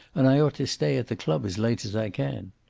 and i ought to stay at the club as late as i can.